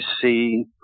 see